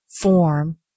form